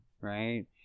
right